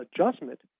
adjustment